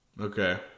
Okay